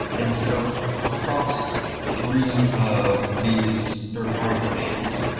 and so across three of these third party domains,